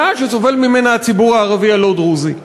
שסובל ממנה הציבור הערבי הלא-דרוזי.